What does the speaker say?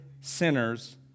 sinners